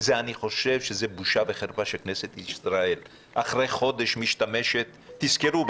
זה בושה וחרפה שכנסת ישראל אחרי חודש משתמשת בסעיף 98. תזכרו,